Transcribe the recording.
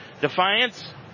Defiance